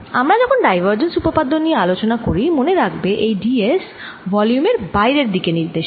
আমরা যখন ডাইভারজেন্স উপপাদ্য নিয়ে আলোচনা করি মনে রাখবে এই d s ভলিউম এর বাইরের দিকে নির্দেশ করে